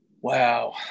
Wow